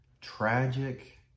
tragic